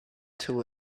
two